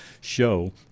show